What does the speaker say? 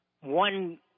one